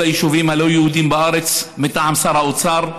היישובים הלא-יהודיים בארץ מטעם שר האוצר.